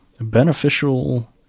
beneficial